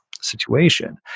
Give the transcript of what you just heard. situation